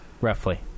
roughly